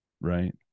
right